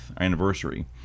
anniversary